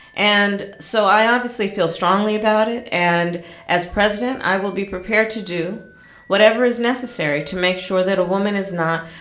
and so i obviously feel strongly about it and as president, i will be prepared to do whatever is necessary to make sure that a woman is not